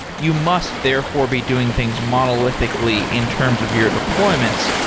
you must therefore be doing things monolithically in terms of your deployments,